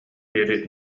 диэри